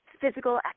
physical